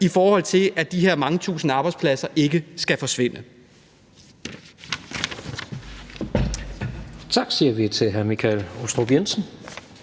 i forhold til at de her mange tusind arbejdspladser ikke skal forsvinde. Kl. 19:00 Tredje næstformand (Jens Rohde): Tak siger vi til hr. Michael Aastrup Jensen.